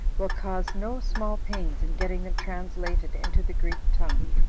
will cause no small pains in getting them translated into the greek tongue